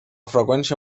freqüència